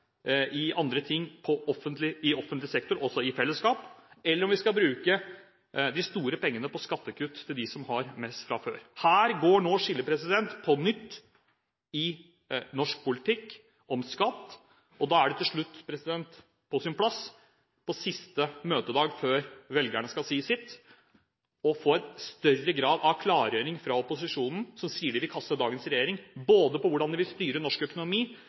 i offentlig sektor, eller om vi skal bruke de store pengene på skattekutt til dem som har mest fra før. Her går nå skillet, på nytt, i norsk politikk – om skatt. Og da er det til slutt på sin plass, på siste møtedag før velgerne skal si sitt, å få en større grad av klargjøring fra opposisjonen – som sier de vil kaste dagens regjering – både av hvordan de vil styre norsk økonomi,